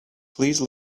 please